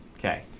okay.